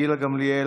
גילה גמליאל,